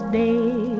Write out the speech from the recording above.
day